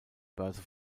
börse